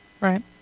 Right